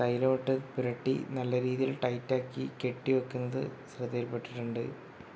തൈലം ഇട്ട് പുരട്ടി നല്ല രീതിയിൽ ടൈറ്റാക്കി കെട്ടി വെക്കുന്നത് ശ്രദ്ധയിൽപ്പെട്ടിട്ടുണ്ട്